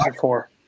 four